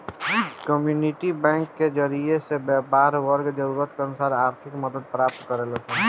community bank के जरिए से व्यापारी वर्ग जरूरत अनुसार आर्थिक मदद प्राप्त करेलन सन